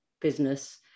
business